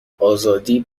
آزادی